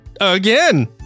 again